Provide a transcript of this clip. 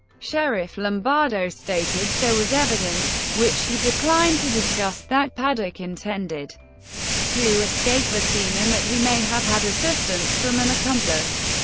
sheriff lombardo stated there was evidence which he declined to discuss that paddock intended to escape the scene, and that he may have had assistance from an accomplice.